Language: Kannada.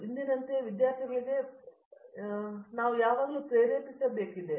ಆದ್ದರಿಂದ ಇಂದಿನಂತೆಯೇ ವಿದ್ಯಾರ್ಥಿಗಳಿಗೆ ಪ್ರೇರೇಪಿಸಬೇಕಿದೆ ಇದು ಕೇವಲ ಒಂದು ಉದಾಹರಣೆಯಾಗಿದೆ ಅನೇಕ ಉದಾಹರಣೆಗಳಿವೆ